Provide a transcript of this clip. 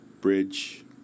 bridge